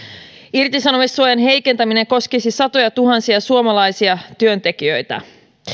irtisanomissuojan heikentäminen koskisi satojatuhansia suomalaisia työntekijöitä